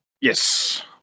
Yes